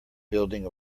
building